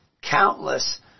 countless